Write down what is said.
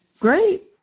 Great